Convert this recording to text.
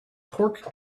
pork